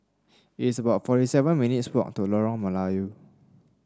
it's about forty seven minutes' walk to Lorong Melayu